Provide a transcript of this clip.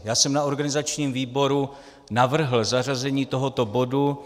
Já jsem na organizačním výboru navrhl zařazení tohoto bodu.